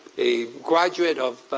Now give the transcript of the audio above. a graduate of